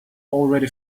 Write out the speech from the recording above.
already